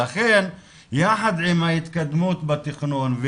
לכן יחד עם ההתקדמות בתכנון,